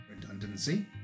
redundancy